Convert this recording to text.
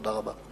תודה רבה.